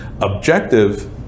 Objective